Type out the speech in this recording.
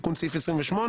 תיקון סעיף 28,